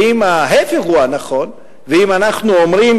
אם ההיפך הוא הנכון ואם אנחנו אומרים